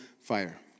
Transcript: fire